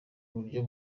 buryo